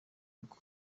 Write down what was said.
rugo